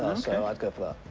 so i'd go